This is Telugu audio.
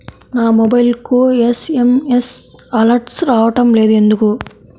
నా మొబైల్కు ఎస్.ఎం.ఎస్ అలర్ట్స్ రావడం లేదు ఎందుకు?